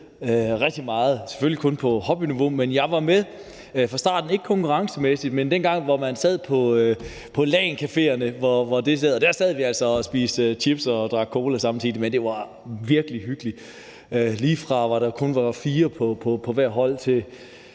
rigtig meget – selvfølgelig kun på hobbyniveau, men jeg var med fra starten. Det var ikke konkurrencemæssigt, men dengang, da man sad på LAN-caféerne. Der sad vi altså og spiste chips og drak cola, samtidig med at vi spillede. Det var virkelig hyggeligt. Det gik fra, at der kun var fire på hvert hold –